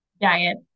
diet